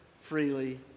freely